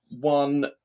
one